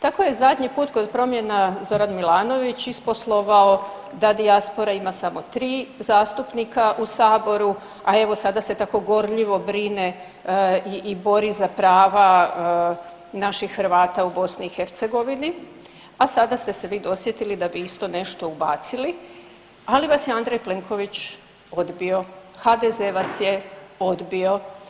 Tako je zadnji put kod promjena Zoran Milanović isposlovao da dijaspora ima samo 3 zastupnika u saboru, a evo sada se tako gorljivo brine i bori za prava naših Hrvata u BiH, a sada ste se vi dosjetili da bi isto nešto ubacili, ali vas je Andrej Plenković odbio, HDZ vas je odbio.